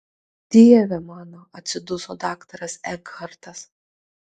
dieve mano atsiduso daktaras ekhartas